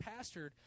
pastored